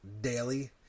daily